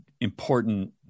important